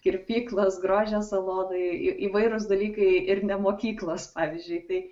kirpyklos grožio salonai į įvairūs dalykai ir ne mokyklos pavyzdžiui tai